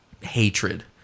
hatred